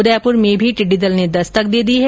उदयपुर में भी टिड्डी दल ने दस्तक दे दी है